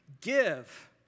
Give